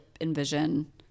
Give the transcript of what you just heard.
envision